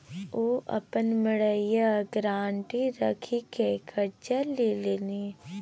ओ अपन मड़ैया गारंटी राखिकए करजा लेलनि